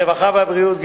הרווחה והבריאות,